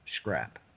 scrap